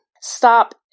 Stop